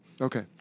Okay